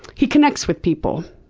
he connects with people.